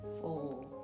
Four